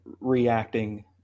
reacting